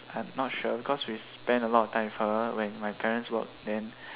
I'm not sure because we spend a lot of time with her when my parents work then